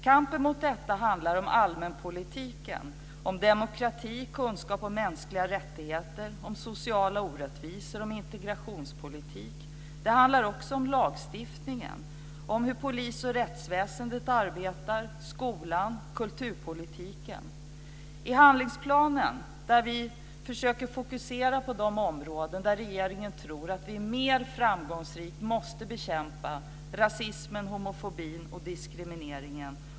Kampen mot detta handlar om allmänpolitiken, om demokrati, kunskap om mänskliga rättigheter, om sociala orättvisor, om integrationspolitik. Det handlar också om lagstiftningen, om hur polis och rättsväsendet arbetar, skolan, kulturpolitiken. I handlingsplanen försöker vi fokusera de områden där regeringen tror att vi mer framgångsrikt måste bekämpa rasismen, homofobin och diskrimineringen.